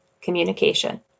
communication